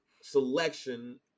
selection